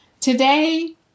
Today